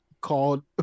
called